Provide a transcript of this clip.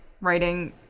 writing